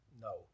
No